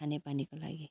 खाने पानीको लागि